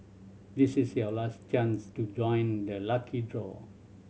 this is your last chance to join the lucky draw